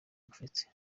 bufise